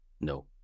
No